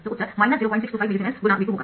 तो उत्तर 0625 मिलीसीमेंस×V2 होगा